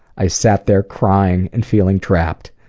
i sat there crying and feeling trapped.